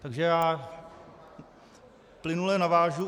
Takže já plynule navážu.